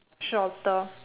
shorter